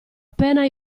appena